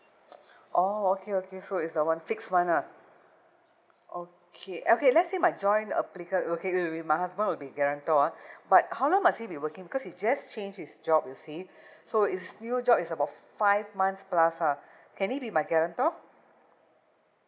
orh okay okay so it's the one fixed [one] ah okay okay let's say my joint applicant okay it will be my husband will be guarantor ah but how long must he be working because he's just changed his job you see so his new job is about five months plus ah can he be my guarantor